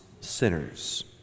sinners